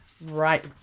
Right